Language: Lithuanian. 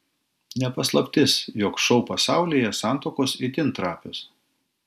ne paslaptis jog šou pasaulyje santuokos itin trapios